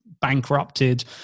bankrupted